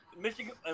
Michigan